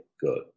good